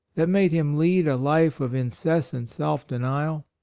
that made him lead a life of incessant self-denial?